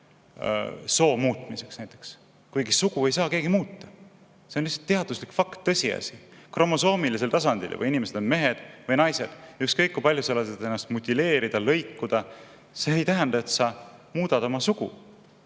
soo muutmiseks, kuigi sugu ei saa keegi muuta. See on lihtsalt teaduslik fakt, tõsiasi. Juba kromosoomilisel tasandil on inimesed mehed või naised, ükskõik kui palju sa lased ennast mutileerida, lõikuda – see ei tähenda, et sa muudad oma sugu.